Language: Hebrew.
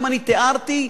היום תיארתי,